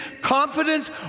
confidence